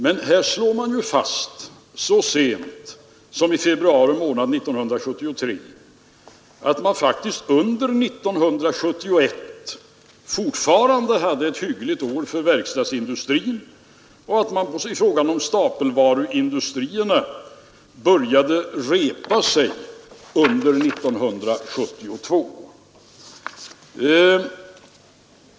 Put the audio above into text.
Men här slår man fast så sent som i februari månad 1973 att verkstadsindustrin under 1971 faktiskt fortfarande hade ett hyggligt år och att stapelvaruindustrierna började repa sig under 1972.